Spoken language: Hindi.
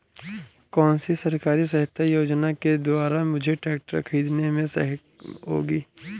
कौनसी सरकारी सहायता योजना के द्वारा मुझे ट्रैक्टर खरीदने में सहायक होगी?